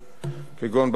כגון בעיה רפואית,